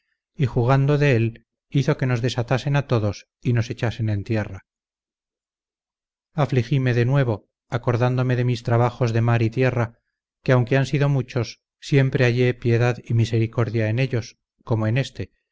y jugando de él hizo que nos desatasen a todos y nos echasen en tierra afligime de nuevo acordándome de mis trabajos de mar y tierra que aunque han sido muchos siempre hallé piedad y misericordia en ellos como en este